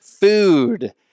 food